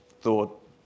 thought